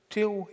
Till